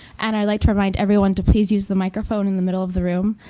and i'd like to remind everyone to please use the microphone in the middle of the room,